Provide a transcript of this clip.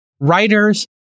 writers